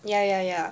ya ya ya